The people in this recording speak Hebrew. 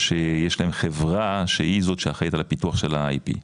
שיש להם חברה שהיא זאת שאחראית על הפיתוח של ה-IP.